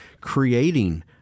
creating